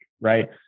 right